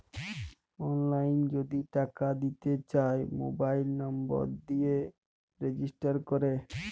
অললাইল যদি টাকা দিতে চায় মবাইল লম্বর দিয়ে রেজিস্টার ক্যরে